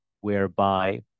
whereby